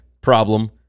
problem